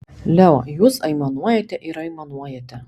leo jūs aimanuojate ir aimanuojate